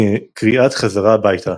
כקריאת חזרה הביתה.